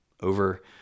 over